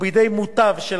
כפי שצוין לעיל,